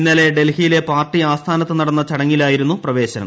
ഇന്നലെ ഡൽഹിയിലെ പാർട്ടി ആസ്ഥാനത്ത് നടന്ന ചടങ്ങിലായിരുന്നു പ്രവേശനം